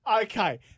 Okay